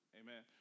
Amen